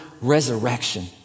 resurrection